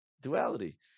Duality